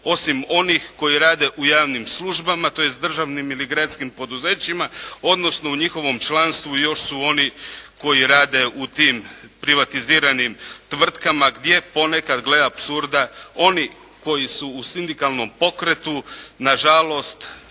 osim onih koji rade u javnim službama, tj. državnim ili gradskim poduzećima, odnosno u njihovom članstvu još su oni koji rade u tim privatiziranim tvrtkama gdje ponekad gle apsurda oni koji su u sindikalnom pokretu na žalost